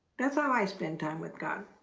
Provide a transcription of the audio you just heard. that's how i spend time with god.